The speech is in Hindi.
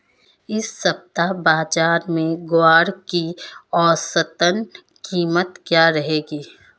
इस सप्ताह बाज़ार में ग्वार की औसतन कीमत क्या रहेगी?